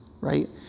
right